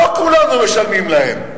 לא כולנו משלמים להם.